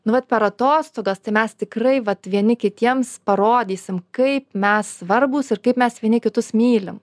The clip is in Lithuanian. nu vat per atostogas tai mes tikrai vat vieni kitiems parodysim kaip mes svarbūs ir kaip mes vieni kitus mylim